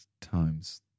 times